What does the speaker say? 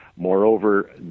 Moreover